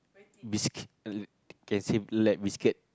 bisc~ uh can say like biscuit